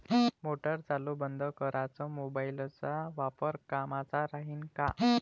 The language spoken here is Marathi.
मोटार चालू बंद कराच मोबाईलचा वापर कामाचा राहीन का?